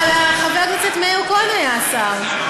אבל חבר הכנסת מאיר כהן היה השר.